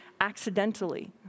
accidentally